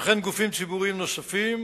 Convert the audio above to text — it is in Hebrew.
וכן גופים ציבוריים נוספים,